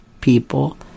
people